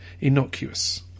Innocuous